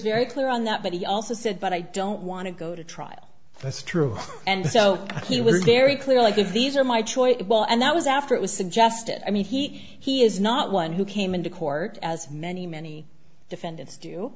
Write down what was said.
very clear on that but he also said but i don't want to go to trial that's true and so he was very clear like if these are my choice well and that was after it was suggested i mean he he is not one who came into court as many many defendants do